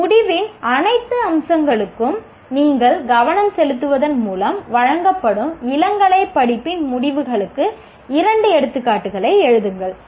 ஒரு முடிவின் அனைத்து அம்சங்களுக்கும் நீங்கள் கவனம் செலுத்துவதன் மூலம் வழங்கப்படும் இளங்கலை படிப்பின் முடிவுகளுக்கு இரண்டு எடுத்துக்காட்டுகளை எழுதுங்கள்